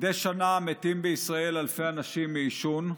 מדי שנה מתים בישראל אלפי אנשים מעישון,